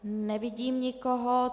Nevidím nikoho.